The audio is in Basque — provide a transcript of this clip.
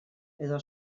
edo